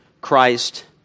Christ